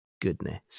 goodness